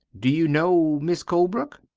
do you know mis' colebrook?